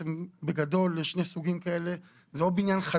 בגדול יש שני סוגים כאלה, זה או בניין,